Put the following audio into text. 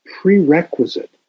prerequisite